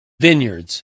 vineyards